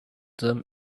them